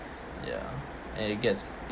ya and it gets